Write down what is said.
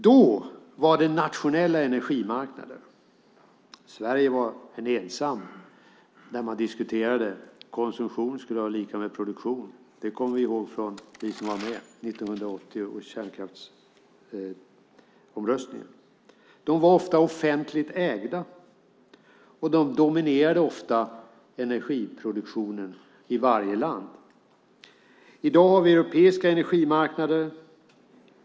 Då var det nationella energimarknader. Sverige var ensamt när man diskuterade att konsumtion skulle vara lika med produktion. Det kommer vi som var med ihåg från 1980 och kärnkraftsomröstningen. Bolagen var ofta offentligt ägda, och de dominerade ofta energiproduktionen i varje land. I dag har vi europeiska energimarknader.